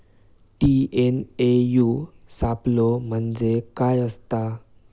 TNAU सापलो म्हणजे काय असतां?